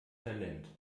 talent